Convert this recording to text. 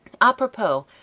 Apropos